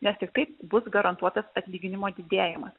nes tik taip bus garantuotas atlyginimo didėjimas